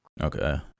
Okay